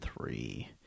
three